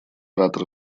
оратор